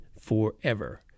forever